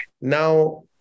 Now